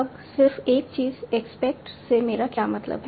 अब सिर्फ एक चीज एस्पेक्ट से मेरा क्या मतलब है